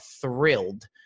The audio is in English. thrilled